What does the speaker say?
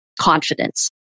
confidence